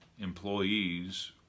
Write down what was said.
employees